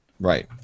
Right